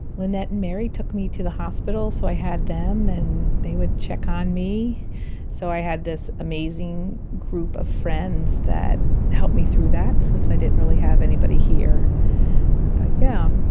lynette and mary took me to the hospital so i had them and they would check on me so i had this amazing group of friends that helped me through that since i didn't really have anybody here but yeah,